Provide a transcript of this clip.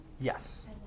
Yes